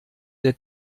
der